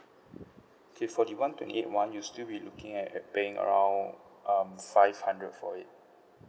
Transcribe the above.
okay for the one twenty eight one you still be looking at at paying around um five hundred for a year